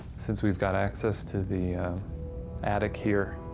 since we've got access to the attic here.